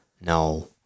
No